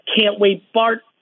can't-wait-bart